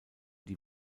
die